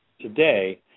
today